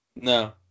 No